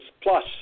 plus